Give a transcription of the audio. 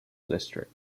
district